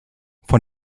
von